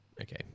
Okay